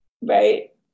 right